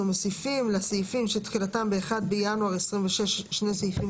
מוסיפים לסעיפים שתחילתם ב-1 בינואר 2026 שני סעיפים